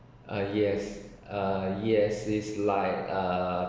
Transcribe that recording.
uh yes uh yes this like err